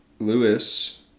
Lewis